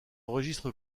registre